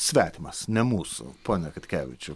svetimas ne mūsų pone katkevičių